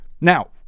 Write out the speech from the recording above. now